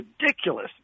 ridiculous